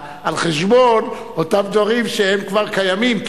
על חשבון אותם דברים שהם כבר קיימים,